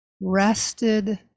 rested